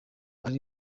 ari